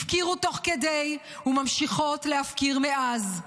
הפקירו תוך כדי וממשיכות להפקיר מאז.